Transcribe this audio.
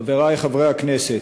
חברי חברי הכנסת,